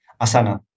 Asana